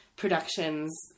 productions